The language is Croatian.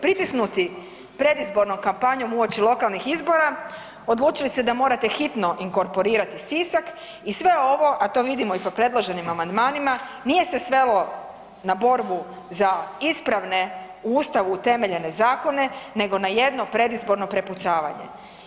Pritisnuti predizbornom kampanjom uoči lokalnih izbora odlučili ste da morate hitno inkorporirati Sisak i sve ovo, a to vidimo i po predloženim amandmanima, nije se svelo na borbu za ispravne u Ustavu utemeljene zakone nego na jedno predizborno prepucavanje.